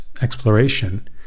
exploration